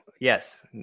yes